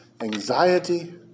anxiety